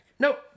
Nope